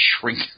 shrink